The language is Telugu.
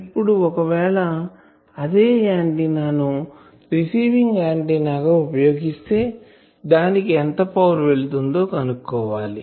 ఇప్పుడు ఒకవేళ ఇదే ఆంటిన్నా ను రిసీవింగ్ ఆంటిన్నా గా ఉపయోగిస్తే దానికి ఎంత పవర్ వెళ్తుందో కనుక్కోవాలి